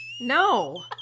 no